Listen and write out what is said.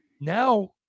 now